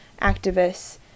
activists